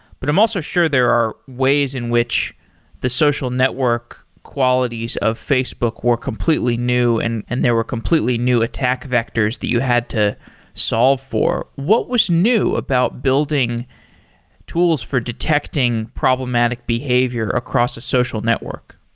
but i'm also sure there are ways in which the social network qualities of facebook were completely new and and there were completely new attack vectors the you had to solve for. what was new about building tools for detecting problematic behavior across a social network?